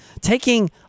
taking